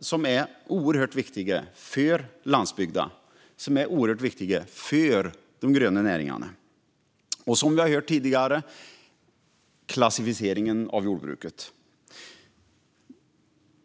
som är oerhört viktiga för landsbygden och de gröna näringarna. Som vi har hört tidigare gäller det klassificeringen av jordbruket.